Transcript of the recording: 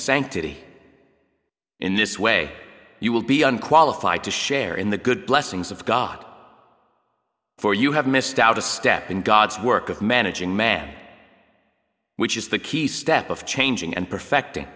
sanctity in this way you will be unqualified to share in the good blessings of god for you have missed out a step in god's work of managing man which is the key step of changing and perfecting